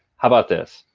how about this?